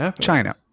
China